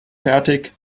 fertig